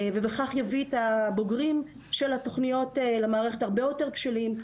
ובכך יביא את הבוגרים של התוכניות למערכת הרבה יותר בשלים,